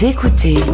Écoutez